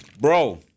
Bro